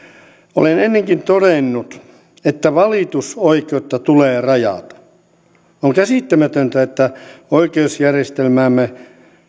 olen ennenkin todennut että valitusoikeutta tulee rajata on käsittämätöntä että oikeusjärjestelmäämme